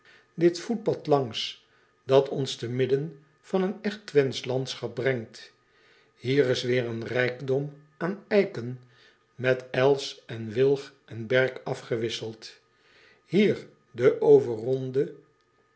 dit voetpad langs dat ons te midden van een echt wenthsch landschap brengt ier is weêr een rijkdom aan eiken met els en wilg en berk afgewisseld hier de overonde